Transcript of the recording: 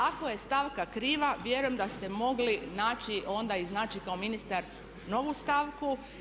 Ako je stavka kriva vjerujem da ste mogli naći i onda, iznaći kao ministar novu stavku.